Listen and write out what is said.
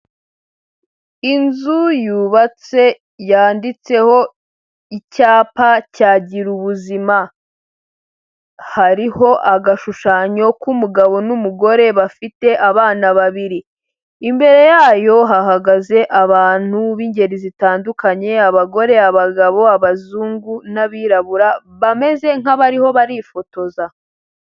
Inzu yubatse yanditseho icyapa cya girubuzima hariho agashushanyo k'umugabo n'umugore bafite abana babiri, imbere yayo hahagaze abantu b'ingeri zitandukanye, abagore, abagabo, abazungu n'abirabura bameze nk'abariho barifotoza.